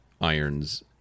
irons